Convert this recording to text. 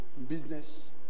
business